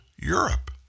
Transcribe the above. Europe